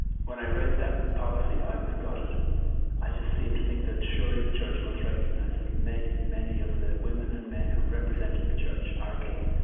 when i read that policy i was gutted i just seemed to think that surely the church must recognize that many, many of the women and men who have represented the church are gay.